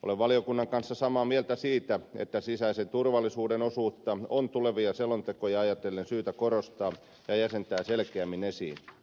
olen valiokunnan kanssa samaa mieltä siitä että sisäisen turvallisuuden osuutta on tulevia selontekoja ajatellen syytä korostaa ja jäsentää selkeämmin esiin